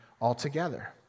altogether